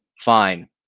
Fine